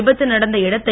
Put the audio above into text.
விபத்து நடந்த இடத்தை